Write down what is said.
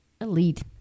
elite